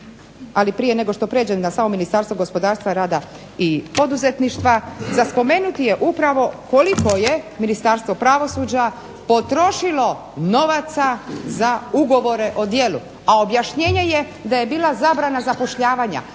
ali prije nego što prijeđem na samo Ministarstvo gospodarstva, rada i poduzetništva, za spomenuti je upravo koliko je ministarstvo pravosuđa potrošilo novaca za ugovore o djelu, a objašnjenje je da je bila zabrana zapošljavanja